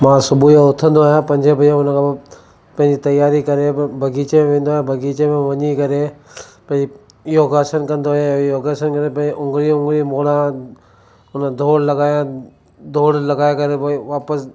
मां सुबुह जो उथंदो आहियां पंज बजे उन खां पोइ पंहिंजी तयारी करे ब बाग़ीचे में वेंदो आहियां बाग़ीचे में वञी करे पहिरीं योगासन कंदो आयां योगासन योगासन करे पहिरीं उंगड़ी उंगड़ी मोड़ा उन दौड़ लॻाया दौड़ लॻाए करे पोइ वरी वापसि